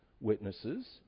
witnesses